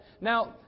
Now